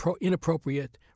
inappropriate